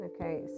Okay